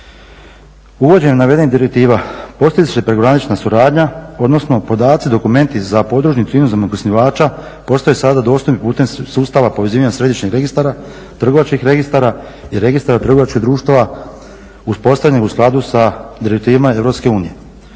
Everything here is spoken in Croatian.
Uvođenjem navedenih direktiva postiže se prekogranična suradnja, odnosno podaci, dokumenti za podružnicu inozemnog osnivača postaju sada dostupni putem sustava povezivanja središnjih registara, trgovačkih registara i registara trgovačkih društava uspostavljenih u skladu sa direktivama